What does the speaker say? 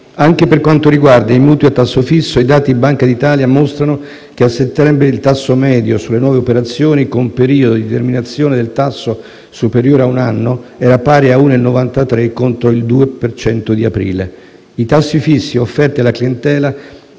Anche per quanto riguarda i mutui a tasso fisso, i dati Banca d'Italia mostrano che a settembre il tasso medio sulle nuove operazioni con periodo di determinazione del tasso superiore a un anno era pari all'1,93 per cento, contro il 2,0 per cento di aprile. I tassi fissi offerti alla clientela